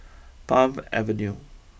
Palm Avenue